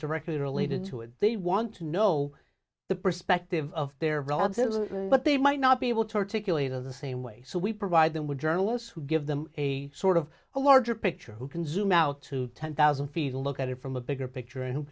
directly related to it they want to know the perspective of their relatives but they might not be able to articulate or the same way so we provide them with journalists who give them a sort of a larger picture who can zoom out to ten thousand feet a look at it from a bigger picture and